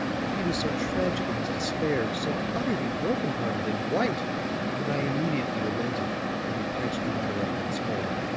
but he was so tragic in his despair so utterly broken hearted and white that i immediately relented and we patched the matter up once more.